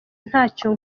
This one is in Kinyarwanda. ntacyo